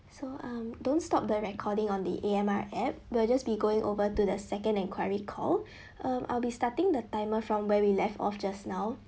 so um don't stop the recording on the A M R app we'll just be going over to the second enquiry call um I'll be starting the timer from where we left off just now